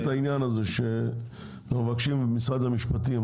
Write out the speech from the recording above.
העניין הזה שאנחנו מבקשים ממשרד המשפטים,